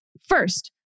First